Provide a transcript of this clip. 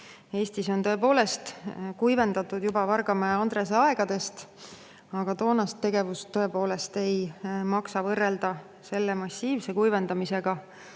Eestis on tõepoolest [maad] kuivendatud juba Vargamäe Andrese aegadest. Aga toonast tegevust ei maksa võrrelda selle massiivse kuivendamisega,